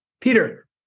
Peter